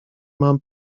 mam